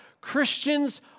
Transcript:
Christians